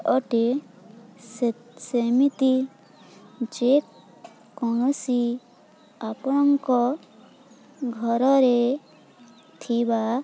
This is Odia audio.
ଅଟେ ସେ ସେମିତି ଯେ କୌଣସି ଆପଣଙ୍କ ଘରରେ ଥିବା